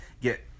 get